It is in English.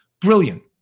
Brilliant